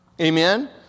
Amen